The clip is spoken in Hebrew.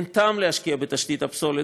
אין טעם להשקיע בתשתית הפסולת,